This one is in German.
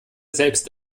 selbst